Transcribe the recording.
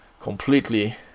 completely